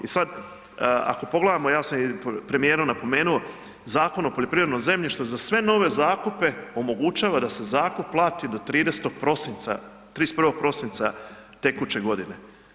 I sad ako pogledamo, ja sam i premijeru napomenuo Zakon o poljoprivrednom zemljištu za sve nove zakupe omogućava da se zakup plati do 30. prosinca, 31. prosinca tekuće godine.